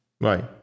Right